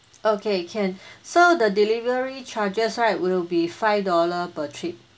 okay can so the delivery charges right will be five dollar per trip